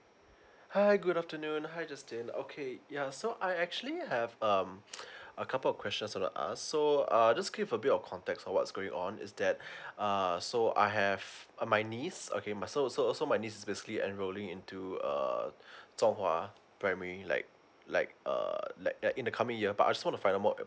hi good afternoon hi justin okay yeah so I actually I have um a couple of questions uh I wanna ask so uh I'll just give a bit of context of what's going on is that uh so I have uh my niece okay my so so so my niece basically enrolling into uh song hwa primary like like err like in the coming year but I just want to find out more uh